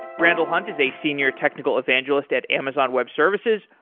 randall hunt is a senior technical evangelist at amazon web services.